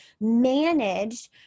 managed